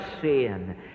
sin